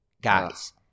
Guys